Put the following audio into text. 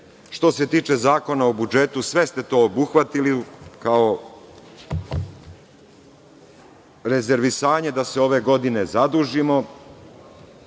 se. Što se tiče Zakona o budžetu, sve ste to obuhvatili, kao rezervisanje da se ove godine zadužimo.